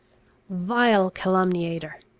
vile calumniator!